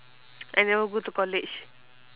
I never go to college